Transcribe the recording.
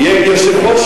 אגב,